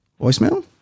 voicemail